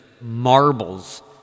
marbles